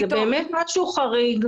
זה באמת משהו חריג.